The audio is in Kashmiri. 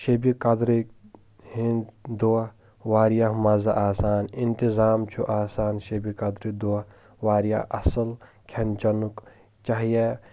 شیبہِ قدرٕکۍ ہِنٛدۍ دۄہ واریاہ مزٕ آسان انتظام چھُ آسان شیبہِ قدرٕ دۄہ واریاہ اصل کھٮ۪ن چٮ۪نُک چاہے